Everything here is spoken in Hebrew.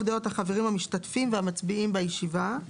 דעות החברים המשתתפים והמצביעים בישיבה,